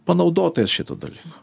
panaudotojas šitų dalykų